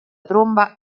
tromba